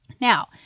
now